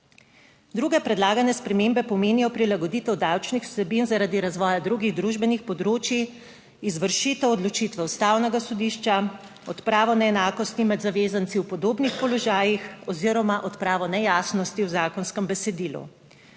Druge predlagane spremembe pomenijo prilagoditev davčnih vsebin zaradi razvoja drugih družbenih področij, izvršitev odločitve ustavnega sodišča, odpravo neenakosti med zavezanci v podobnih položajih oziroma odpravo nejasnosti v zakonskem besedilu.